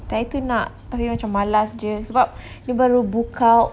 hari itu nak tapi macam malas jer sebab dia baru book out